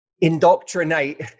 indoctrinate